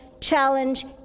challenge